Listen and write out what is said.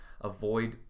avoid